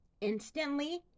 Instantly